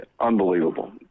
unbelievable